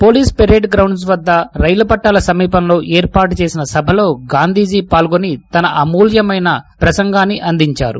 police parade grounds వద్ద రైలు పట్టాల సమీపంలో ఏర్పాటు చేసిన సభలో గాంధీజీ పాల్గొని తన అమూల్యమైన ప్రసంగాన్ని అందించారు